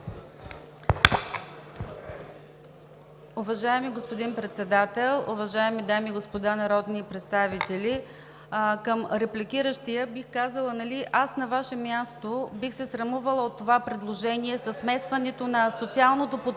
Уважаеми господин Председател, уважаеми дами и господа народни представители! Към репликиращия бих казала: аз на Ваше място бих се срамувала от това предложение със смесването на социалното подпомагане